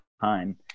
time